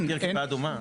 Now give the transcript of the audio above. אתה מכיר את כיפה אדומה?